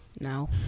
no